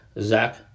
Zach